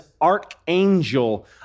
archangel